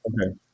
Okay